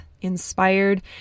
inspired